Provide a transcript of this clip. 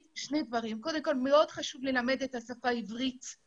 מאוד חשוב ללמד את השפה העברית את